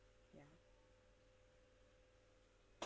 ya